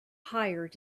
hired